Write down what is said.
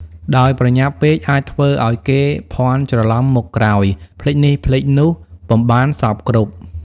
ដោយប្រញាប់ពេក អាចធ្វើឲ្យគេភាន់ច្រឡំមុខក្រោយ ភ្លេចនេះភ្លេចនោះ ពុំបានសព្វគ្រប់ ។